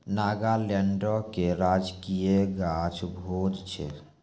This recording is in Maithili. नागालैंडो के राजकीय गाछ भोज छै